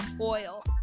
oil